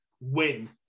win